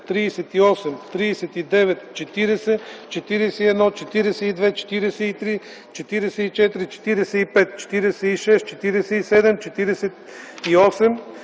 38, 39, 40, 41, 42, 43, 44, 45, 46, 47, 48,